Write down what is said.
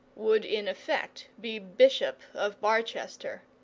would in effect be bishop of barchester.